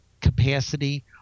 capacity